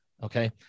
Okay